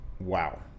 wow